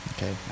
Okay